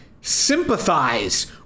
sympathize